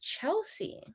chelsea